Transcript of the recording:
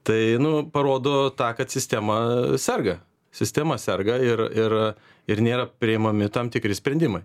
tai nu parodo tą kad sistema serga sistema serga ir ir ir nėra priimami tam tikri sprendimai